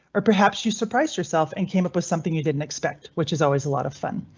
or perhaps you surprised yourself and came up with something you didn't expect, which is always a lot of fun,